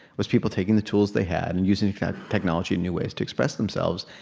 was people taking the tools they had and using the kind of technology in new ways to express themselves.